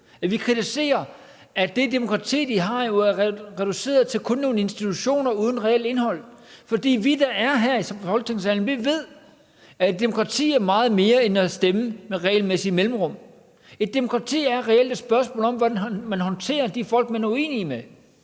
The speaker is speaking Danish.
vi kritiserer, at det demokrati, de har, jo er reduceret til kun nogle institutioner uden reelt indhold. For vi, der er her i Folketingssalen, ved, at et demokrati er meget mere end at stemme med regelmæssige mellemrum. Et demokrati er reelt et spørgsmål om, hvordan man håndterer de folk, man er uenig med;